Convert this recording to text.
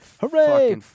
Hooray